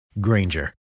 Granger